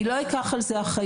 אני לא אקח על זה אחריות.